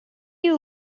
you